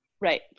Right